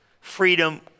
Freedom